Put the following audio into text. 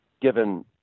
given